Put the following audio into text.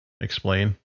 explain